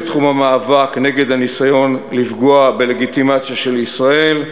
לתחום המאבק נגד הניסיון לפגוע בלגיטימציה של ישראל,